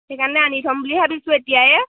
সেইকাৰণে আনি থ'ম বুলি ভাবিছোঁ এতিয়া